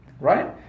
right